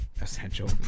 essential